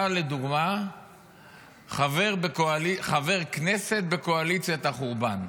אתה לדוגמה חבר כנסת בקואליציית החורבן,